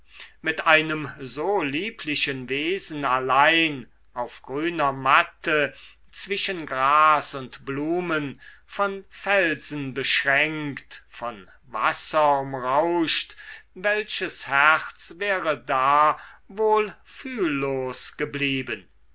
mit einem so lieblichen wesen allein auf grüner matte zwischen gras und blumen von felsen beschränkt von wasser umrauscht welches herz wäre da wohl fühllos geblieben